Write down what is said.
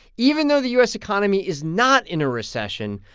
even though the u s. economy is not in a recession,